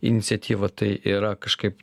iniciatyva tai yra kažkaip